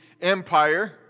empire